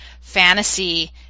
fantasy